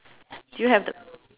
do you have the